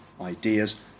ideas